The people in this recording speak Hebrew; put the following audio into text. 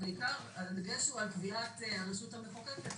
הדגש הוא על קביעת הרשות המחוקקת